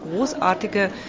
großartige